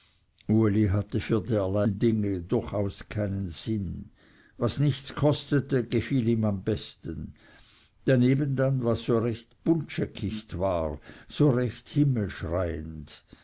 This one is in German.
uli hatte für derlei dinge durchaus keinen sinn was nichts kostete gefiel ihm am besten daneben dann was so recht buntscheckigt war so recht